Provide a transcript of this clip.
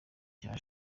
cya